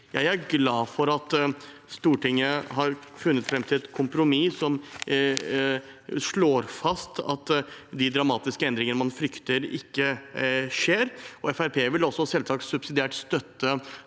Jeg er glad for at Stortinget har funnet fram til et kompromiss som slår fast at de dramatiske endringene man fryktet, ikke skjer. Fremskrittspartiet vil også selvsagt subsidiært støtte